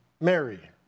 Mary